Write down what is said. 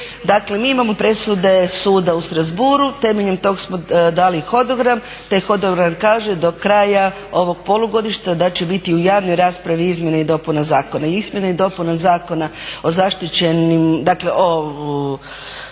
dakle mi imamo presude suda u Strassbourgu, temeljem tog smo dali hodogram. Taj hodogram kaže do kraja ovog polugodišta da će biti u javnoj raspravi izmjena i dopuna zakona.